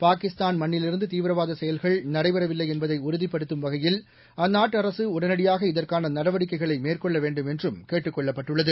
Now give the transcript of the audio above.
பாகிஸ்தான் மண்ணிலிருந்து தீவிரவாத செயல்கள் நடைபெறவில்லை என்பதை உறுதிப்படுத்தும் வகையில் அந்நாட்டு அரசு உடனடியாக இதற்கான நடவடிக்கைகளை மேற்கொள்ள வேண்டும் என்றும் கேட்டுக்கொள்ளப்பட்டுள்ளது